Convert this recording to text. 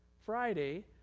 Friday